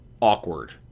awkward